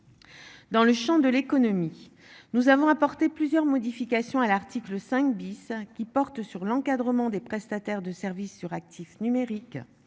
Dans le Champ de l'économie, nous avons apporté plusieurs modifications à l'article 5 bis hein qui porte sur l'encadrement des prestataires de services sur actifs numériques.